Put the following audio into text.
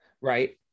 right